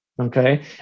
Okay